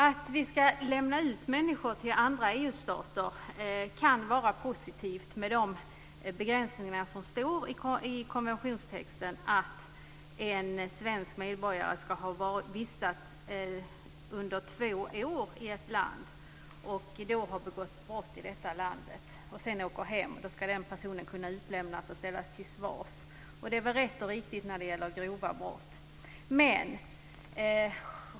Att lämna ut människor till andra EU-stater kan vara positivt med de begränsningar som står i konventionstexten, dvs. att en svensk medborgare ska ha vistats under två år i ett land och då ha begått brott i det landet. När den personen sedan åker hem ska den personen kunna utlämnas och ställas till svar. Det är rätt och riktigt när det gäller grova brott.